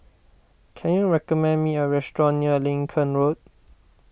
can you recommend me a restaurant near Lincoln Road